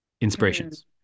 inspirations